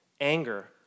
Anger